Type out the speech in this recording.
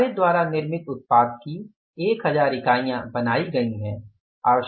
हमारे द्वारा निर्मित उत्पाद की 1000 इकाइयाँ बनाई गई हैं